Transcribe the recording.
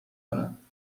کند